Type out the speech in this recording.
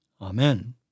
Amen